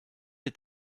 est